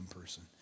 person